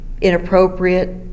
inappropriate